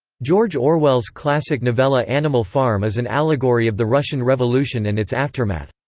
george orwell's classic novella animal farm is an allegory of the russian revolution and its aftermath.